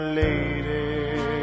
lady